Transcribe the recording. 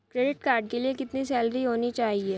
Credit card के लिए कितनी सैलरी होनी चाहिए?